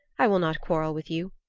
i will not quarrel with you.